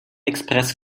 express